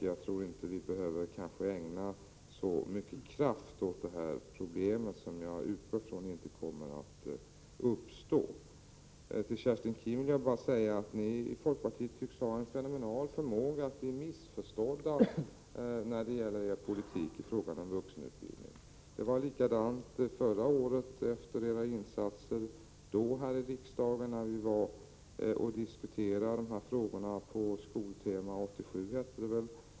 Jag tror inte att vi behöver ägna speciellt mycket kraft åt detta problem, som jag utgår från inte kommer att uppstå. Till Kerstin Keen vill jag bara säga: Ni i folkpartiet tycks ha en fenomenal förmåga att bli missförstådda när det gäller er politik i fråga om vuxenutbildning. Det var likadant förra året, efter era insatser här i riksdagen, när vi 109 Prot. 1987/88:110 diskuterade de här frågorna på Skoltema 87.